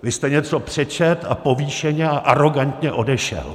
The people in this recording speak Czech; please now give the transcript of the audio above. Vy jste něco přečetl a povýšeně a arogantně odešel.